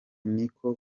niko